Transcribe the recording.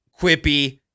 quippy